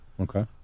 Okay